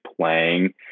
playing